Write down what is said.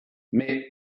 mais